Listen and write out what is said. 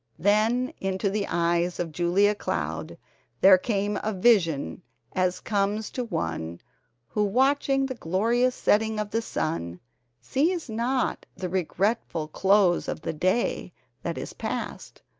then into the eyes of julia cloud there came a vision as comes to one who watching the glorious setting of the sun sees not the regretful close of the day that is past,